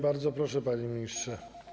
Bardzo proszę, panie ministrze.